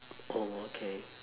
oh okay